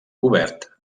cobert